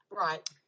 Right